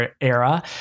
era